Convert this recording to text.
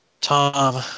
Tom